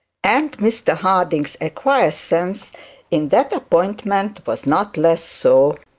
and mr harding's acquiescence in that appointment was not less so.